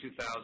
2000